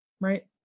Right